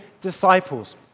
disciples